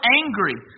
angry